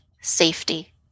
safety